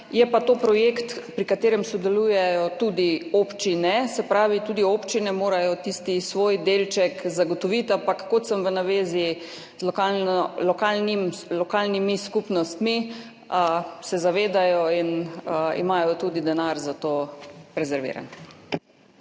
je pa to projekt, pri katerem sodelujejo tudi občine. Se pravi, tudi občine morajo tisti svoj delček zagotoviti, ampak kot sem v navezi z lokalnimi skupnostmi, se zavedajo in imajo denar za to rezerviran.